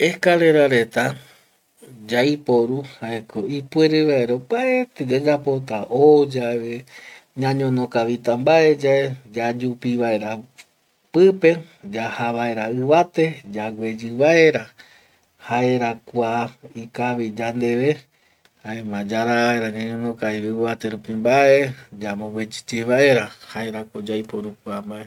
Escalera reta yaiporu jaeko ipauere vaera opaete yayapota o yave, ñañono kavita mbae yae, yayupi vaera pipe yaja vaera ivate, yagueyi vaera jaera kua ikavi yandeve jaema yara vaera ñañono kavi ivate rupi mbae yambogueyiye vaera jaerako yaiporu kua mbae